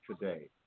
today